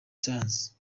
science